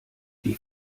die